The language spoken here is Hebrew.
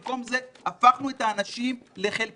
במקום זה הפכנו את האנשים לחלקיקים,